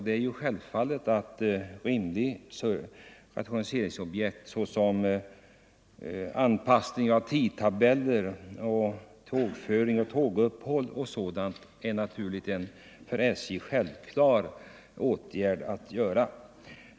Det är klart att rimliga rationaliseringar, såsom anpassning av tidtabeller, tågföring och tåguppehåll, är för SJ naturliga åtgärder.